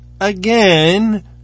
again